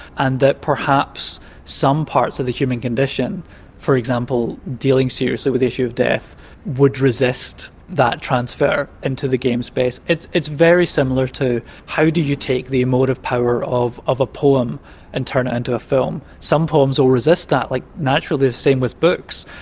and that perhaps some parts of the human condition for example, dealing seriously with the issue of death would resist that transfer into the game space. it's it's very similar to how do you take the emotive power of of a poem and turn it into a film? some poems will resist that like naturally, the same with books,